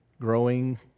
growing